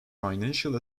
financial